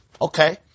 Okay